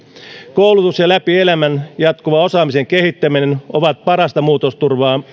koulutus ja läpi elämän jatkuva osaamisen kehittäminen ovat parasta muutosturvaa